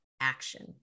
action